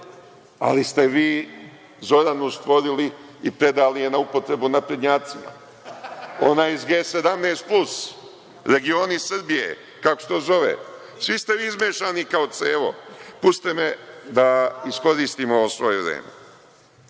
Ali ste vi Zoranu stvorili i predali je na upotrebu naprednjacima. Ona je iz G17 plus, Regioni Srbije, kako se to zove. Svi ste vi izmešani kao celo. Pustite me da iskoristim ovo svoje vreme. Šta